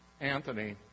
Anthony